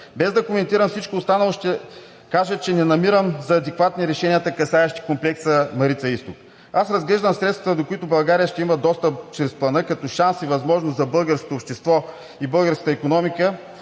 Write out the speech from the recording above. Без да коментирам всичко останало, ще кажа, че не намирам за адекватни решенията, касаещи комплекса „Марица изток“. Аз разглеждам средствата, до които България ще има достъп чрез Плана, като шанс и възможност за българското общество и българската икономика